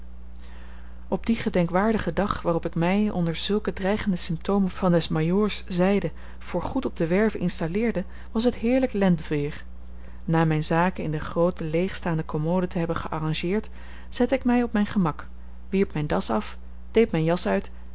op dien gedenkwaardigen dag waarop ik mij onder zulke dreigende symptomen van des majoors zijde voor goed op de werve installeerde was het heerlijk lenteweer na mijne zaken in de groote leegstaande commode te hebben gearrangeerd zette ik mij op mijn gemak wierp mijn das af deed mijn jas uit